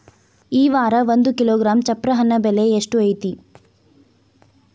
ಈ ವಾರ ಒಂದು ಕಿಲೋಗ್ರಾಂ ಚಪ್ರ ಹಣ್ಣ ಬೆಲೆ ಎಷ್ಟು ಐತಿ?